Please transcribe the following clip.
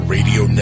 Radio